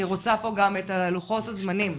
אני רוצה את לוחות הזמנים.